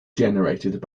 generated